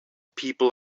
people